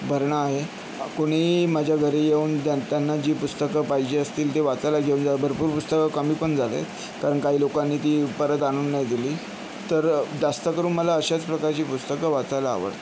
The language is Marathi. भरणा आहे कोणीही माझ्या घरी येऊन ज्यान त्यांना जी पुस्तकं पाहिजे असतील ते वाचायला घेऊन जाता भरपूर पुस्तकं कमी पण झालेत कारण काही लोकांनी ती परत आणून नाही दिली तर जास्त करून मला अशाच प्रकारची पुस्तकं वाचायला आवडतात